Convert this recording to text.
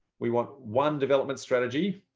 we want one development strategy.